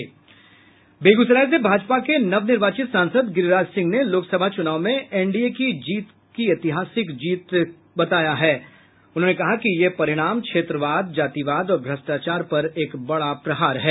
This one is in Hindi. बेगूसराय से भाजपा के नवनिर्वाचित सांसद गिरिराज सिंह ने लोकसभा चूनाव में एनडीए की ऐतिहासिक जीत पर कहा कि यह परिणाम क्षेत्रवाद जातिवाद और भ्रष्टाचार पर एक बड़ा प्रहार है